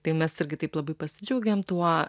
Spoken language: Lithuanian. tai mes irgi taip labai pasidžiaugėm tuo